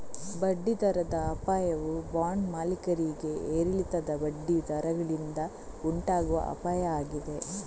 ಬಡ್ಡಿ ದರದ ಅಪಾಯವು ಬಾಂಡ್ ಮಾಲೀಕರಿಗೆ ಏರಿಳಿತದ ಬಡ್ಡಿ ದರಗಳಿಂದ ಉಂಟಾಗುವ ಅಪಾಯ ಆಗಿದೆ